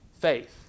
Faith